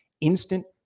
instant